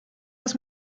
dass